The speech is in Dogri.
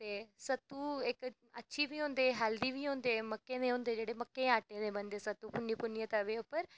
सत्तू इक अच्छे बी होंदे हैल्दी बी होंदे ते मक्कें दे होंदे जेह्ड़े मक्कें दे आटे दे बनदे जेह्ड़े सत्तूं ते पुन्नी पुन्नियै तवे पर